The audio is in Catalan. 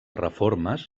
reformes